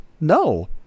No